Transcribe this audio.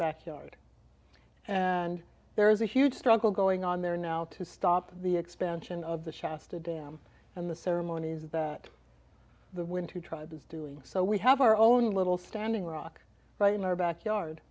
backyard and there is a huge struggle going on there now to stop the expansion of the shasta dam and the ceremonies that the winter tribe is doing so we have our own little standing rock right in our backyard